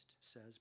says